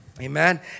Amen